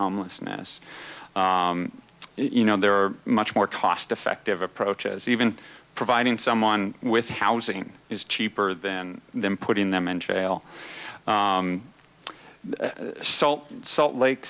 homelessness you know there are much more cost effective approaches even providing someone with housing is cheaper than them putting them in jail salt salt lake